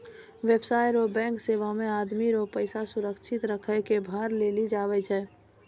व्यवसाय रो बैंक सेवा मे आदमी रो पैसा सुरक्षित रखै कै भार लेलो जावै छै